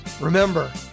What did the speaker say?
Remember